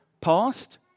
Past